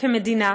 כמדינה,